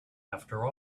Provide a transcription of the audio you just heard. after